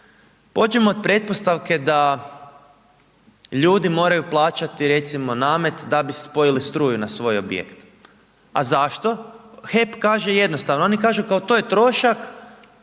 Pođimo od pretpostavke da ljudi moraju plaćati recimo namet da bi se spojili struju na svoj objekt, a zašto, HEP kaže jednostavno, oni kažu kao to je trošak